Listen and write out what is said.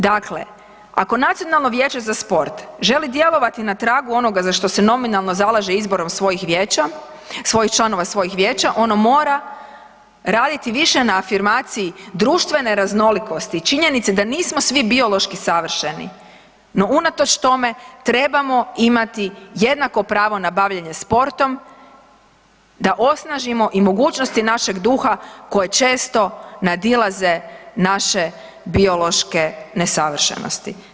Dakle, ako Nacionalno vijeće za sport želi djelovati na tragu onoga za što se nominalno zalaže izborom svojih članova svojih vijeća, ono mora raditi više na afirmaciji društvene raznolikosti i činjenice da nismo svi biološki savršeni no unatoč tome, trebamo imati jednako pravo na bavljenje sportom da osnažimo i mogućnosti našega duha koje često nadilaze naše biološke nesavršenosti.